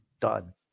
Done